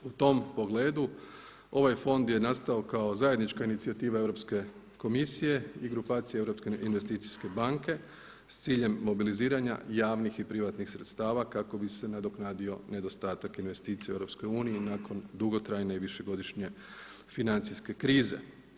U tom pogledu ovaj fond je nastao kao zajednička inicijativa Europske komisije i grupacije Europske investicijske banke s ciljem mobiliziranja javnih i privatnih sredstava kako bi se nadoknadio nedostatak investicija u EU nakon dugotrajne i višegodišnje financijske krize.